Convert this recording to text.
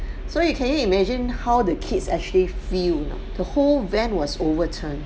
so you can you imagine how the kids actually feel know the whole van was overturned